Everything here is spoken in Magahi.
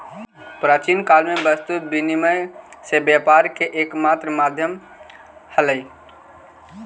प्राचीन काल में वस्तु विनिमय से व्यापार के एकमात्र माध्यम हलइ